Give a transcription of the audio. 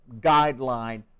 guideline